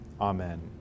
amen